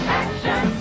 action